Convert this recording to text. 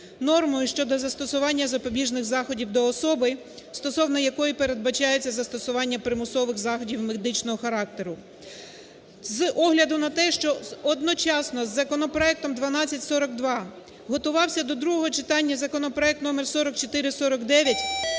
нормою щодо застосування запобіжних заходів до особи, стосовно якої передбачається застосування примусових заходів медичного характеру. З огляду на те, що одночасно законопроектом 1242 готувався до другого читання законопроект номер 4449,